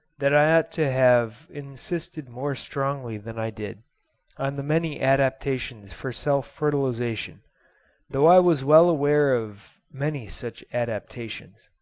that i ought to have insisted more strongly than i did on the many adaptations for self-fertilisation though i was well aware of many such adaptations.